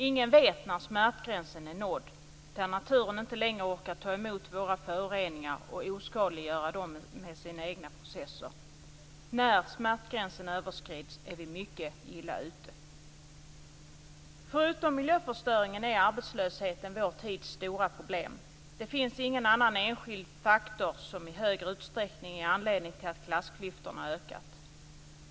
Ingen vet när den smärtgräns är nådd då naturen inte längre orkar ta emot våra föroreningar och oskadliggöra dem med sina egna processer. När smärtgränsen överskrids är vi mycket illa ute. Förutom miljöförstöringen är arbetslösheten vår tids stora problem. Det finns ingen annan enskild faktor som i högre utsträckning är anledning till att klassklyftorna ökat.